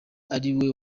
ariwe